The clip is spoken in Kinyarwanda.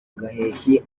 gaheshyi